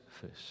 first